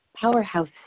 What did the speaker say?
powerhouse